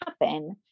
happen